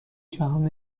جهان